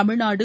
Tamil Nadu